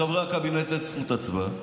לחברי הקבינט אין זכות הצבעה,